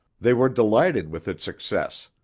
they were delighted with its success,